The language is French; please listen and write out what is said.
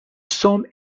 sommes